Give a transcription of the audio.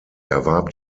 erwarb